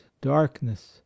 darkness